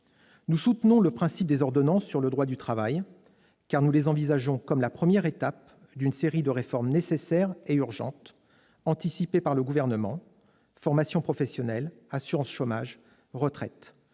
Nous soutenons le principe du recours aux ordonnances en matière de droit du travail, car nous l'envisageons comme la première étape d'une série de réformes nécessaires et urgentes anticipées par le Gouvernement, portant sur la formation professionnelle, l'assurance chômage, les retraites.